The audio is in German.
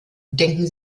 denken